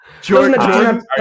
Jordan